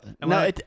no